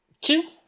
two